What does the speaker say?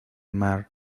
mar